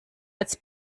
als